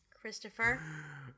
Christopher